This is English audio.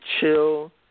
chill